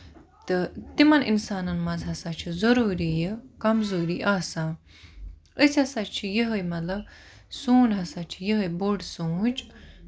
تہٕ تِمن اِنسانن منٛز ہسا چھُ ضروٗری یہِ کَمزوٗری آسان أسۍ ہسا چھِ یِہوے مطلب سون ہسا چھُ یِہوے بوٚڑ سونچ